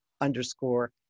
underscore